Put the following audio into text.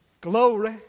Glory